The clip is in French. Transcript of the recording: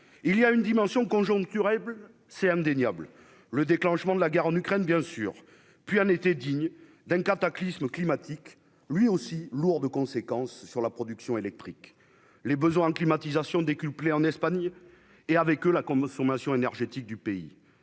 il y a une dimension conjoncturelle, c'est indéniable, le déclenchement de la guerre en Ukraine, bien sûr, puis était digne d'un cataclysme climatique lui aussi lourd de conséquences sur la production électrique, les besoins climatisation décuplé en Espagne, et avec eux la comme sommation énergétique du pays,